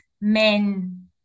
men